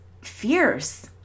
fierce